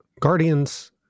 Guardians